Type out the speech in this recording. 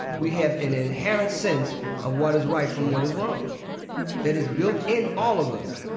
we have an inherent sense of what is right from what is wrong that is built in all of us.